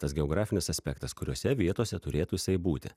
tas geografinis aspektas kuriose vietose turėtų isai būti